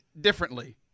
differently